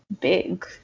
big